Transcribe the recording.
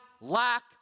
lack